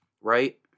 right